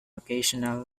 occasional